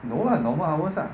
no lah normal hours ah